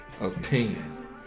opinion